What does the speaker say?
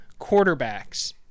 quarterbacks